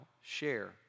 share